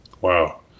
Wow